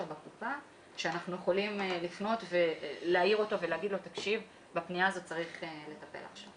בקופה שאנחנו יכולים להעיר אותו ולהגיד לו שבפנייה הזאת צריך לטפל עכשיו.